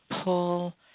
pull